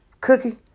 cookie